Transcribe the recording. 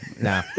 No